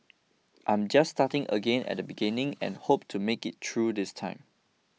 I'm just starting again at the beginning and hope to make it through this time